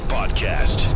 Podcast